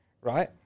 right